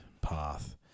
path